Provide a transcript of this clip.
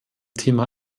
thema